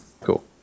Cool